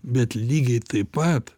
bet lygiai taip pat